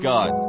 God